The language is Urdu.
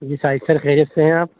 جی شاہد سر خیریت سے ہیں آپ